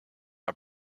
are